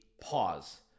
Pause